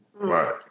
Right